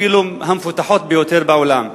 אפילו המפותחות ביותר בעולם,